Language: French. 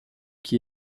qui